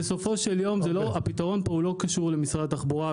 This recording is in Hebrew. בסופו של יום הפתרון פה לא קשור למשרד התחבורה,